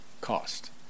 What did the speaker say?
cost